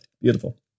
Beautiful